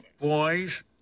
boys